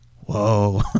Whoa